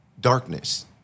darkness